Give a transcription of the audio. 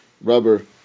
rubber